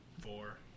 Four